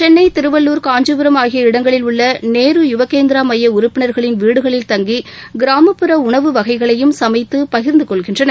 சென்னை திருவள்ளுர் காஞ்சிபுரம் ஆகிய இடங்களில் உள்ள நேரு யுவகேந்திரா மைய உறுப்பினர்களின் வீடுகளில் தங்கி கிராமப்புற உணவு வகைகளையும் சமைத்து பகிர்ந்துகொள்கின்றனர்